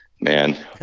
Man